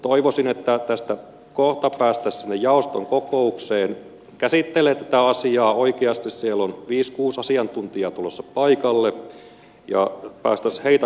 toivoisin että tästä kohta päästäisiin sinne jaoston kokoukseen käsittelemään tätä asiaa oikeasti siellä on viisi kuusi asiantuntijaa tulossa paikalle ja päästäisiin heitä kuulemaan sinne